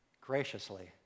graciously